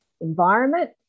environment